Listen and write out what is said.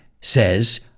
says